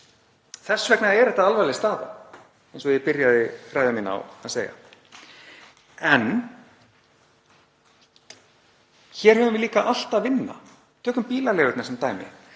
Þess vegna er þetta alvarleg staða, eins og ég byrjaði ræðu mína á að segja. En hér höfum við líka allt að vinna. Tökum bílaleigurnar sem dæmi.